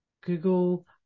Google